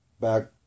back